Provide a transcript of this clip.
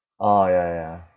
orh ya ya ya